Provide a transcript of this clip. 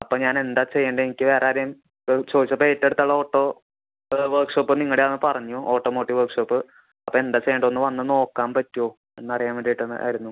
അപ്പം ഞാനെന്ത ചെയ്യേണ്ടത് എനിക്ക് വേറാരെയും ചോദിച്ചപ്പം ഏറ്റോവടുത്തുള്ള ഓട്ടൊ വർക്ക് ഷോപ്പ് നിങ്ങടെയാന്ന് പറഞ്ഞു ഓട്ടോമോട്ടീവ് വർക്ക് ഷോപ്പ് അപ്പം എന്താണ് ചെയ്യേണ്ടത് ഒന്ന് വന്ന് നോക്കാൻ പറ്റുമോ എന്ന് അറിയാൻ വേണ്ടീട്ടൊന്ന് ആയിരുന്നു